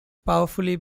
powerfully